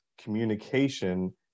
communication